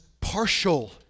partial